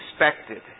expected